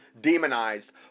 demonized